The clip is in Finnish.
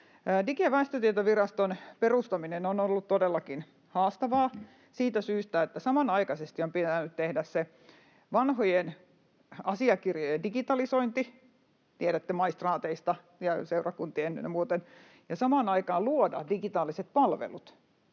Digi- ja väestötietoviraston perustaminen on ollut todellakin haastavaa siitä syystä, että samanaikaisesti on pitänyt tehdä se vanhojen asiakirjojen digitalisointi — tiedätte, että maistraateissa ja seurakunnissa ja muualla — ja samaan aikaan luoda digitaaliset palvelut,